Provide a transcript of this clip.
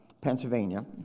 Pennsylvania